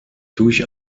durch